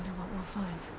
what we'll find.